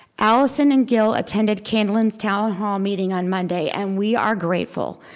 alyson and gil attended catlett's town hall meeting on monday and we are grateful.